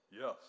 Yes